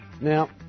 Now